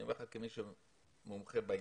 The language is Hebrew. אני אומר לך כמי שמומחה בעניין.